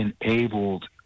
enabled